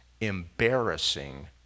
embarrassing